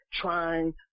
trying